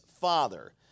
father